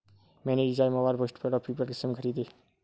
मैंने recharge mobile postpaid और prepaid SIM खरीदे